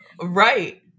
right